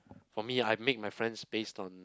for me I make my friends based on